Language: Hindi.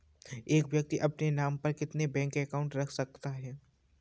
एक व्यक्ति अपने नाम पर कितने बैंक अकाउंट रख सकता है?